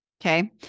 Okay